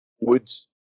Woods